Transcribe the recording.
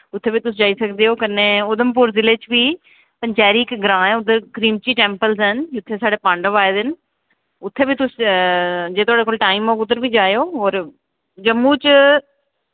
उत्थै बी तुस जाई सकदे ओ कन्नै उधमपुर जिले च बी पंचैरी इक ग्रां ऐ उद्धर क्रिमची टैम्पल्स हैन जित्थै साढ़े पांडव आए दे न उत्थै बी तुस जे थोआढ़े कोल टाइम होग उद्धर बी जाएओ और जम्मू च